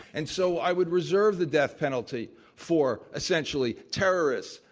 and so i would reserve the death penalty for essentially terrorists,